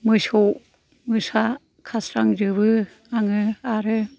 मोसौ मोसा खास्रांजोबो आङो आरो